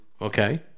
Okay